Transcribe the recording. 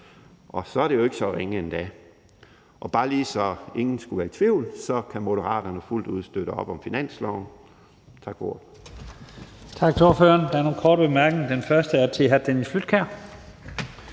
og så er det jo ikke så ringe endda. Og så vil jeg bare lige sige, så ingen skal være i tvivl, at Moderaterne fuldt ud kan støtte op om finansloven. Tak for